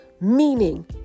meaning